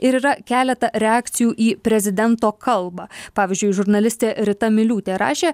ir yra keleta reakcijų į prezidento kalbą pavyzdžiui žurnalistė rita miliūtė rašė